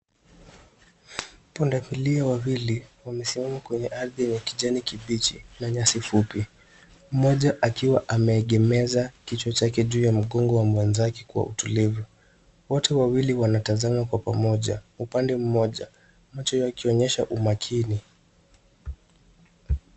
Pundamilia wawili wamesimama kwenye ardhi ya kijani kibichi la nyasi fupi. Moja akiwa ameegemeza kichwa chake juu ya mgongo wa mwenzake kwa utulivu. Wote wawili wanatazama kwa pamoja upande mmoja macho yakionyesha umakini.